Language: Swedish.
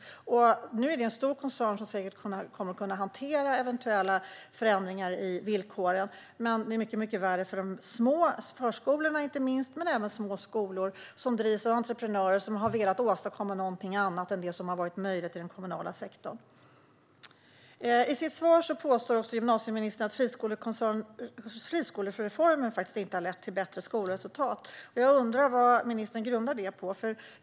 Det är ju en stor koncern som säkert kommer att kunna hantera eventuella förändringar i villkoren, men det är mycket värre för inte minst de små förskolorna och även för de små skolor som drivs av entreprenörer som har velat åstadkomma någonting annat än det som har varit möjligt i den kommunala sektorn. I sitt svar påstår gymnasieministern att friskolereformen inte har lett till bättre skolresultat. Jag undrar vad ministern grundar det på.